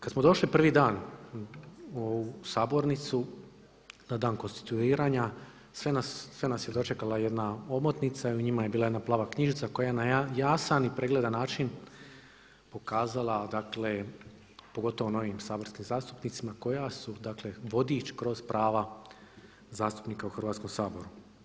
Kada smo došli prvi dan u ovu sabornicu na dan konstituiranja sve nas je dočekala jedna omotnica i u njima je bila jedna plava knjižica koja je na jasan i pregledan način pokazala pogotovo novim saborskim zastupnicima koja su, dakle vodič kroz prava zastupnika u Hrvatskom saboru.